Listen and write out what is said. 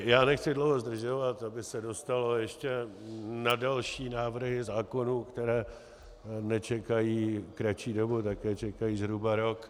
Já nechci dlouho zdržovat, aby se dostalo ještě na další návrhy zákonů, které nečekají kratší dobu, také čekají zhruba rok.